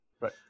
Right